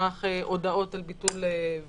מערך הודעות על ביטול ופקיעה,